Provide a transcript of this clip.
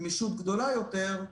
גמישות גדולה יותר,